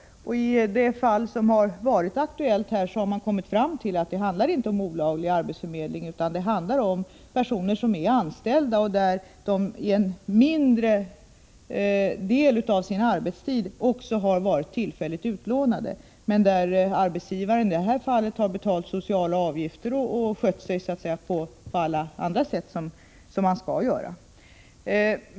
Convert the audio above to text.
I det aktuella fallet har man kommit fram till att det inte handlar om olaglig arbetsförmedling utan om personer som är anställda och som under en mindre del av sin arbetstid har varit tillfälligt utlånade. Arbetsgivaren har dock betalat sociala avgifter och på annat sätt skött sig som man skall göra.